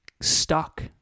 stuck